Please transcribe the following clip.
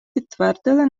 підтвердили